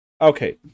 Okay